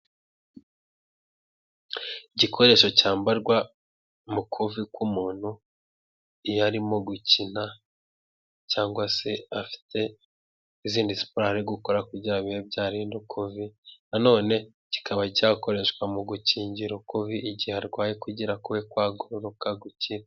Igikoresho cyambarwa mu kuvi k'umuntu, iyo arimo gukina, cyangwa se afite izindi siporo ari gukora kugira ngo bibe byarinda ukuvi, nanone kikaba cyakoreshwa mu gukingira ukuvi igihe arwaye kugira kube kwagororoka gukire.